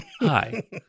Hi